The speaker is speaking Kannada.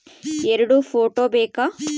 ಎರಡು ಫೋಟೋ ಬೇಕಾ?